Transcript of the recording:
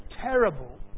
terrible